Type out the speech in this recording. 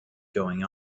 going